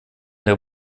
der